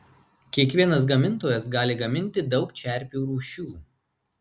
kiekvienas gamintojas gali gaminti daug čerpių rūšių